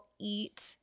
eat